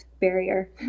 barrier